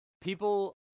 People